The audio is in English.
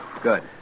Good